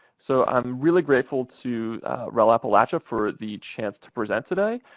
so, i'm really grateful to rel appalachia for the chance to present today.